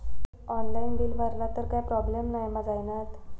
Online bill भरला तर काय प्रोब्लेम नाय मा जाईनत?